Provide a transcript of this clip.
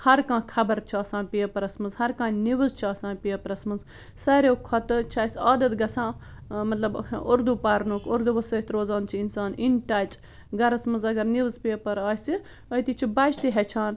ہر کانٛہہ خبر چھِ آسان پیپرس منٛز ہر کانٛہہ نِوٕز چھِ آسان پیپرس منٛز ساروٕے کھۄتہٕ چھِ اَسہِ عادتھ گَژھان مطلب اردو پرنُک اردوٗوَس سۭتۍ روزان چھِ اِنسان اِن ٹچ گَرس منٛز اگر نِوٕز پیپر آسہِ أتی چھُ بچہٕ تہِ ہیٚچھان